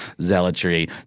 zealotry